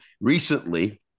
recently